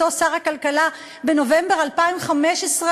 בהיותו שר הכלכלה בנובמבר 2015,